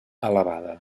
elevada